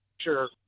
Sure